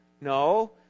No